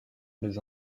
les